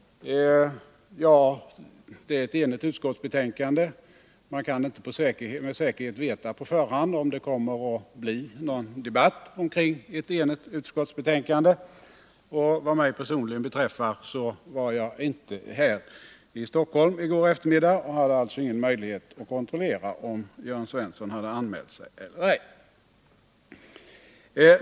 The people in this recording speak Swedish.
Ja, det utskottsbetänkande som framlagts är enhälligt, och under sådana förhållanden kan man inte på förhand med säkerhet veta om det kommer att bli någon debatt i kammaren. Vad mig personligen beträffar var jag inte här i Stockholm i går eftermiddag och hade alltså ingen möjlighet att kontrollera, om Jörn Svensson hade anmält sig eller ej.